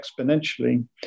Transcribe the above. exponentially